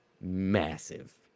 massive